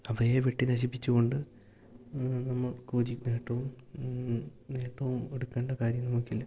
അവയെ വെട്ടി നശിപ്പിച്ചുകൊണ്ട് നമ്മൾക്കൊരു നേട്ടവും നേട്ടവും എടുക്കേണ്ട കാര്യം നമുക്കില്ല